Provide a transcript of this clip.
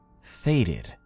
faded